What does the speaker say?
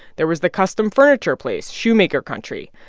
there was the custom furniture place, shoemaker country.